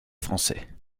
français